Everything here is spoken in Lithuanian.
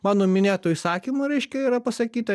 mano minėtu įsakymu reiškia yra pasakyta